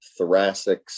thoracics